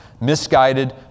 misguided